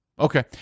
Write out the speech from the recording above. Okay